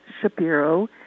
Shapiro